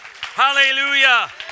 hallelujah